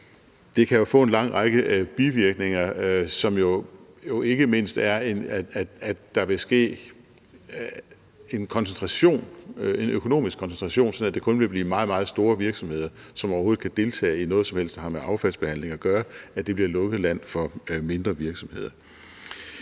Det kan jo få en lang række bivirkninger, som ikke mindst er, at der vil ske en økonomisk koncentration, sådan at det kun vil blive meget, meget store virksomheder, som overhovedet kan deltage i noget som helst, der har med affaldsbehandling at gøre, og at det bliver lukket land for mindre virksomheder.